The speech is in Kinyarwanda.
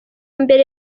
mbere